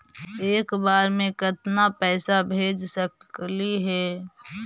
एक बार मे केतना पैसा भेज सकली हे?